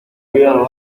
cuidado